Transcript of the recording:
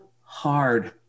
hard